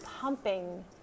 pumping